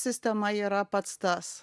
sistema yra pats tas